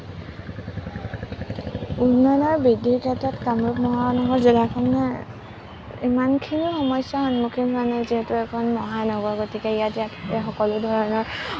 উন্নয়ন আৰু বৃদ্ধিৰ ক্ষেত্ৰত কামৰূপ মহানগৰ জিলাখনে ইমানখিনি সমস্যাৰ সন্মুখীন হোৱা নাই যিহেতু এখন মহানগৰ গতিকে সকলো ধৰণৰ